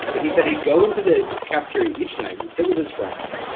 but he said he'd go into the cafeteria each night and sit with his friends,